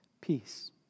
Peace